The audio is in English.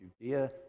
Judea